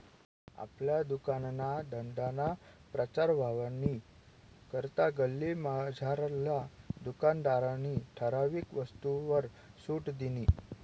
आपला दुकानना धंदाना प्रचार व्हवानी करता गल्लीमझारला दुकानदारनी ठराविक वस्तूसवर सुट दिनी